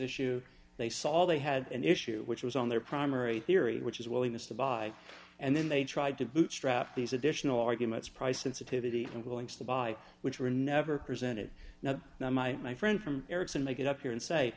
issue they saw they had an issue which was on their primary theory which is willingness to buy and then they tried to bootstrap these additional arguments price sensitivity and willing to buy which were never presented now now my my friend from ericsson make it up here and say